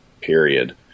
period